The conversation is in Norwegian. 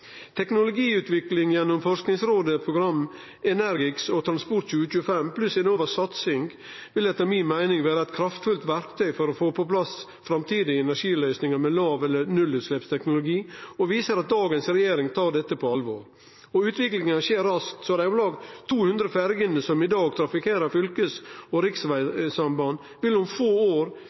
Teknologiutvikling gjennom Forskningsrådets program ENERGIX og Transport 2025, pluss Enovas satsing, vil etter mi meining vere eit kraftfullt verktøy for å få på plass framtidige energiløysingar med låg- eller nullutsleppsteknologi, og viser at dagens regjering tar dette på alvor. Utviklinga skjer raskt, så dei om lag 200 ferjene som i dag trafikkerer fylkes- og riksvegsamband, vil om få år,